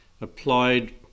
applied